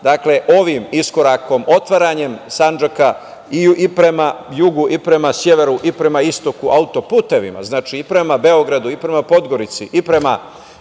decenija. Ovim iskorakom, otvaranjem Sandžaka i prema jugu, i prema severu, i prema istoku autoputevima, i prema Beogradu, i prema Podgorici, i prema